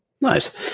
Nice